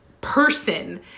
person